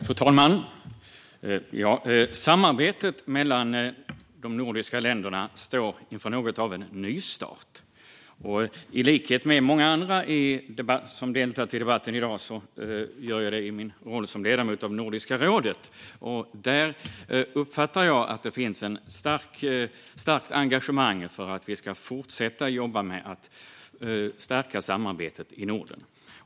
Fru talman! Samarbetet mellan de nordiska länderna står inför något av en nystart. I likhet med många andra som deltagit i debatten i dag gör jag det i min roll som ledamot av Nordiska rådet. Där uppfattar jag att det finns ett starkt engagemang för att vi ska fortsätta jobba med att stärka samarbetet i Norden.